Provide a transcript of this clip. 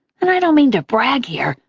and i don't mean to brag here,